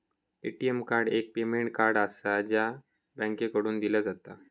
ATM card एक payment card आसा, जा बँकेकडसून दिला जाता